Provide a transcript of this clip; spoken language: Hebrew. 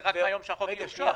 זה רק מהיום שהחוק יאושר,